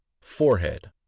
forehead